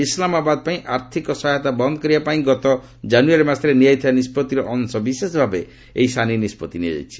ଇସ୍ଲାମାବାଦପାଇଁ ଆର୍ଥକ ସହାୟତା ବନ୍ଦ୍ କରିବାପାଇଁ ଗତ ଜାନୁୟାରୀ ମାସରେ ନିଆଯାଇଥିବା ନିଷ୍ପଭିର ଅଂଶବିଶେଷ ଭାବେ ଏହି ସାନି ନିଷ୍କଭି ନିଆଯାଇଛି